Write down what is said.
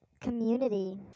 community